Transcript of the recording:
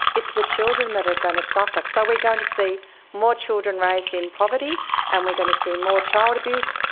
it's the children that are going to suffer. so we're going to see more children raised in poverty and we're going to see more child abuse,